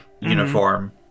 Uniform